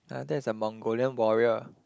ah that's a Mongolian warrior